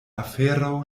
afero